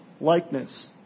likeness